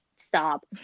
stop